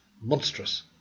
monstrous